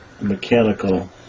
mechanical